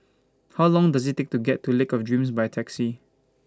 How Long Does IT Take to get to Lake of Dreams By Taxi